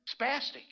spastic